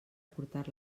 portar